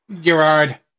Gerard